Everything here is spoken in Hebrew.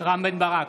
רם בן ברק,